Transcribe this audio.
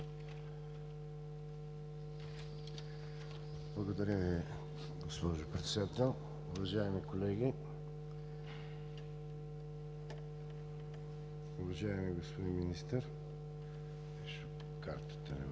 Благодаря, госпожо Председател. Уважаеми колеги! Уважаеми господин Министър,